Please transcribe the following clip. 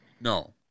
No